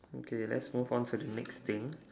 okay let's move on to the next thing